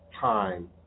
time